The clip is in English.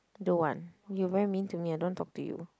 don't want you very mean to me I don't want to talk to you